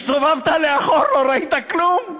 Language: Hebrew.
הסתובבת לאחור, לא ראית כלום.